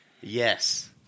Yes